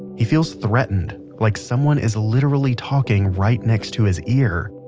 he feels threatened, like someone is literally talking right next to his ear.